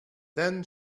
then